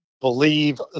believe